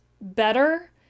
better